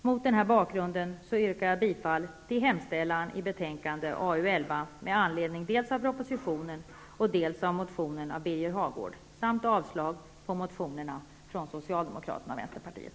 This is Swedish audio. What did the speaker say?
Mot denna bakgrund yrkar jag bifall till hemställan i arbetsmarknadsutskottets betänkande AU11 med anledning dels av propositionen, dels av motionen av Birger Hagård samt avslag på den socialdemokratiska reservationen och meningsyttringen från Vänsterpartiet.